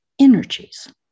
Energies